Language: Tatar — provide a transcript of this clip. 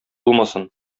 булмасын